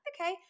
okay